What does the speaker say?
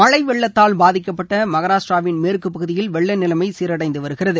மழை வெள்ளத்தால் பாதிக்கப்பட்ட மகாராஷ்டிராவின் மேற்கு பகுதியில் வெள்ள நிலைமை சீரடைந்து வருகிறது